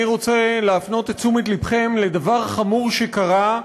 אני רוצה להפנות את תשומת לבכם לדבר חמור שקרה,